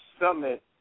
summit